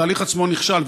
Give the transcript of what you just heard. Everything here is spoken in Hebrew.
התהליך עצמו נכשל,